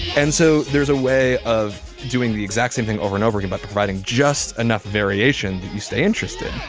and so there's a way of doing the exact same thing over and over again by providing just enough variation that you stay interested